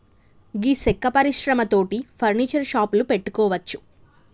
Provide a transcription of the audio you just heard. గీ సెక్క పరిశ్రమ తోటి ఫర్నీచర్ షాపులు పెట్టుకోవచ్చు